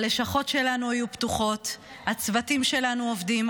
הלשכות שלנו יהיו פתוחות, הצוותים שלנו עובדים.